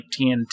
TNT